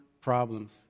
problems